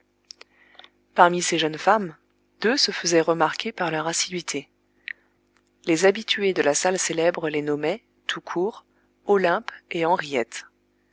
parmi ces jeunes femmes deux se faisaient remarquer par leur assiduité les habitués de la salle célèbre les nommaient tout court olympe et henriette